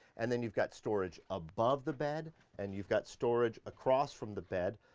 and then you've got storage above the bed and you've got storage across from the bed.